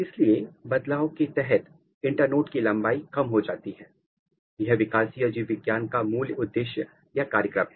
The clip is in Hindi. इसलिए बदलाव के तहत इंटर्नोड की लंबाई कम हो जाती है यह विकासीय जीव विज्ञान का मूल उद्देश्य या कार्यक्रम है